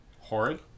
Horrid